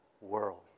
world